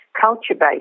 culture-based